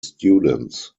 students